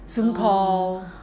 phone call